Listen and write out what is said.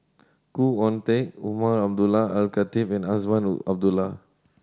Khoo Oon Teik Umar Abdullah Al Khatib and Azman Abdullah